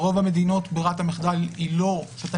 ברוב המדינות ברירת המחדל היא לא שאתה